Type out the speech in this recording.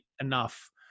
enough